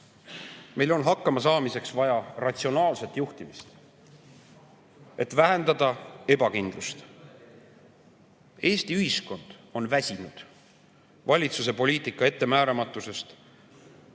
Meil on hakkamasaamiseks vaja ratsionaalset juhtimist, et vähendada ebakindlust. Eesti ühiskond on väsinud valitsuse poliitika ettemääramatusest,